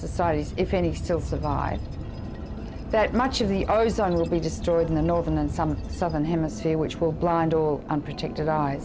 societies if any still survive that much of the always on will be destroyed in the northern and some southern hemisphere which will blind or unprotected